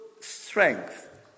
strength